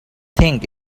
think